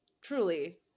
truly